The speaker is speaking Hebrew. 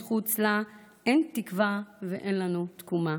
מחוץ לה אין תקווה ואין לנו תקומה.